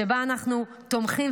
שבה אנחנו תומכים,